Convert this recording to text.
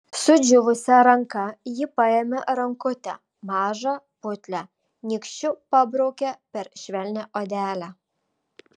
sudžiūvusia ranka ji paėmė rankutę mažą putlią nykščiu pabraukė per švelnią odelę